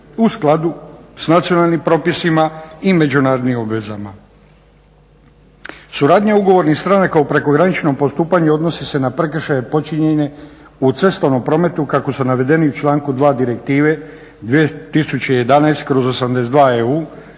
u skladu sa nacionalnim propisima i međunarodnim obvezama. Suradnja ugovornih stranka u prekograničnom postupanju odnosi se na prekršaje počinjene u cestovnom prometu kako su navedeni u članku 2. Direktive 2011/82 EU